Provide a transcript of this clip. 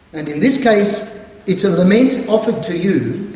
and in this case it's a lament offered to you